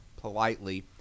politely